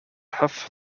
huff